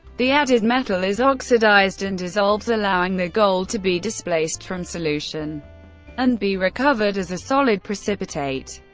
the added metal is oxidized and dissolves, allowing the gold to be displaced from solution and be recovered as a solid precipitate.